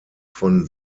von